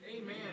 Amen